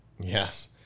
Yes